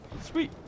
Sweet